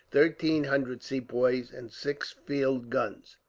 thirteen hundred sepoys, and six field guns,